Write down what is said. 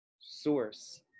source